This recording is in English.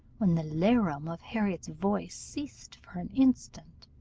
when the larum of harriot's voice ceased for an instant,